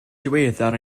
diweddar